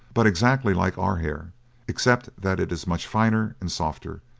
but exactly like our hair except that it is much finer and softer,